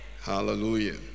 Hallelujah